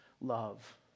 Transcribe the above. love